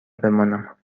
بمانم